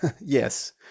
Yes